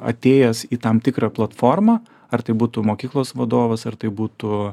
atėjęs į tam tikrą platformą ar tai būtų mokyklos vadovas ar tai būtų